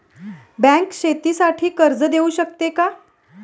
Bank शेतीसाठी कर्ज देऊ शकते का?